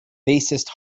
bassist